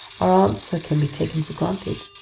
our answer can be taken for granted.